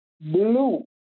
blue